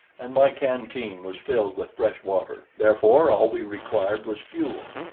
and my canteen was filled with fresh water. therefore, all we required was fuel,